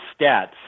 stats